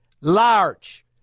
large